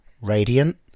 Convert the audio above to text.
Radiant